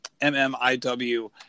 MMIW